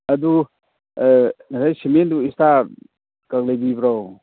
ꯑꯗꯨ ꯉꯁꯥꯏ ꯁꯤꯃꯦꯟꯗꯨ ꯏꯁꯇꯥꯔꯒ ꯂꯩꯕꯤꯕ꯭ꯔꯣ